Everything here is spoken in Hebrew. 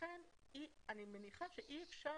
לכן אני מניח שאי אפשר